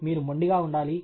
మీరు మొండిగా ఉండాలి